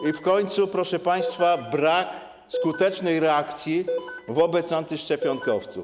I w końcu, proszę państwa, brak skutecznej reakcji wobec antyszczepionkowców.